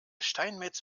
steinmetz